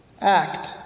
Act